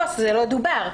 פה זה לא דובר.